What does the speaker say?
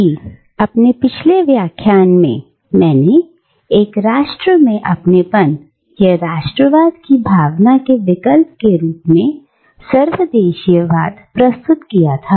क्योंकि अपने पिछले व्याख्यान में मैंने एक राष्ट्र में अपनेपन या राष्ट्रवाद की भावना के विकल्प के रूप में सर्वदेशीयवाद प्रस्तुत किया है